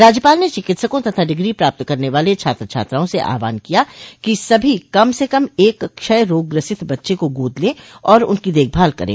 राज्यपाल ने चिकित्सकों तथा डिग्री प्राप्त करने वाले छात्र छात्राओं से आह्वान किया कि सभी कम से कम एक क्षय रोग ग्रसित बच्चे को गोद लें और उनकी देखभाल करें